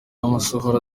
amasohoro